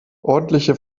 ordentliche